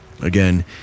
again